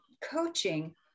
coaching